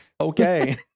okay